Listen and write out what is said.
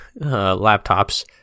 laptops